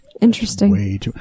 Interesting